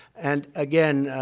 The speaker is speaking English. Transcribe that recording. and, again,